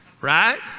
Right